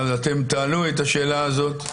אז אתם תעלו את השאלה הזאת?